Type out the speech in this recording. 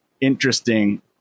interesting